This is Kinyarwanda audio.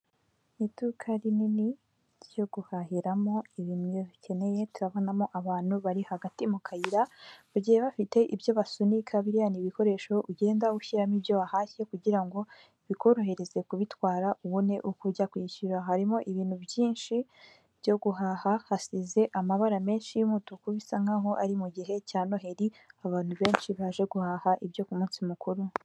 Iduka rinini ryo guhahiramo ibintu iyo ubikeneye, turabonamo abantu bari hagati mu kayira bagiye bafite ibyo basunika, biriya ni ibikoresho ugenda ushyiramo ibyo wahashye kugira ngo bikorohereze kubitwara ubone uko ujya kwishyura. Harimo ibintu byinshi byo guhaha, hasize amabara menshi y'umutuku bisa nkaho ari mu gihe cya noheri, abantu benshi baje guhaha ibyo ku munsi mukuru.